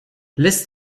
list